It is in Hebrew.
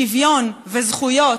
שוויון וזכויות,